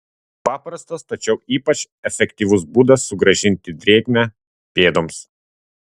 paprastas tačiau ypač efektyvus būdas sugrąžinti drėgmę pėdoms